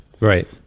Right